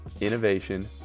innovation